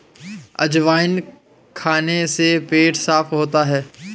अजवाइन खाने से पेट साफ़ होता है